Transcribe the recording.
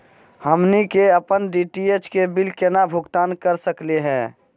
हमनी के अपन डी.टी.एच के बिल केना भुगतान कर सकली हे?